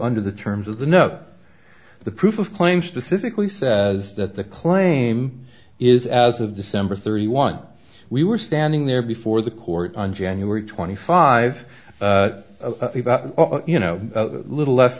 under the terms of the no the proof of claims disses eclipse says that the claim is as of december thirty one we were standing there before the court on january twenty five you know a little less